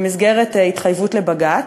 במסגרת התחייבות לבג"ץ,